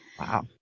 Wow